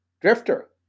Drifter